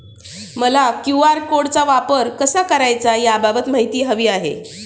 मला क्यू.आर कोडचा वापर कसा करायचा याबाबत माहिती हवी आहे